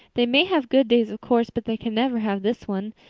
they may have good days, of course, but they can never have this one.